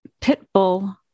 Pitbull